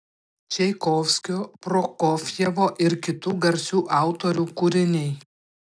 čaikovskio prokofjevo ir kitų garsių autorių kūriniai